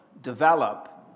develop